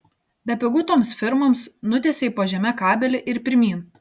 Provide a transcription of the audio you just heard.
bepigu toms firmoms nutiesei po žeme kabelį ir pirmyn